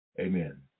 Amen